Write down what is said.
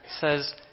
says